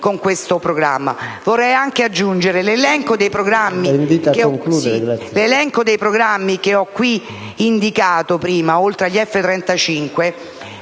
Grazie